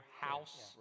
house